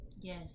yes